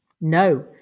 No